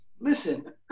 Listen